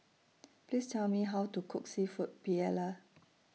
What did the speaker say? Please Tell Me How to Cook Seafood Paella